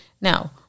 Now